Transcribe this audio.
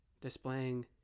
displaying